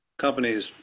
companies